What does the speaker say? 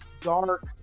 dark